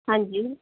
ਹਾਂਜੀ